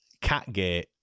Catgate